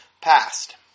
passed